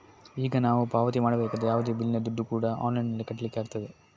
ಈಗ ನಾವು ಪಾವತಿ ಮಾಡಬೇಕಾದ ಯಾವುದೇ ಬಿಲ್ಲಿನ ದುಡ್ಡು ಕೂಡಾ ಆನ್ಲೈನಿನಲ್ಲಿ ಕಟ್ಲಿಕ್ಕಾಗ್ತದೆ